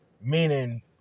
meaning